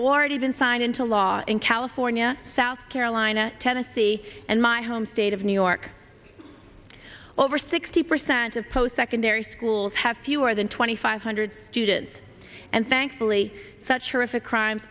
already been signed into law in california south carolina tennessee and my home state of new york over sixty percent of post secondary schools have fewer than twenty five hundred students and thankfully such horrific crimes